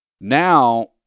Now